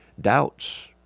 doubts